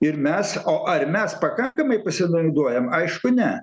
ir mes o ar mes pakankamai pasinaudojam aišku ne